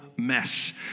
mess